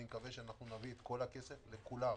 אני מקווה שנביא את כל הכסף לכולם.